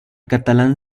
catalán